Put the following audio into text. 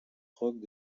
rock